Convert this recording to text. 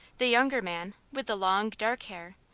the younger man, with the long, dark hair,